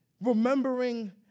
remembering